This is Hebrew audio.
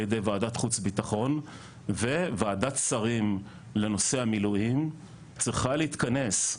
ידי וועדת חוץ ביטחון וועדת שרים לנושא המילואים צריכה להתכנס,